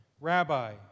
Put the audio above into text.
Rabbi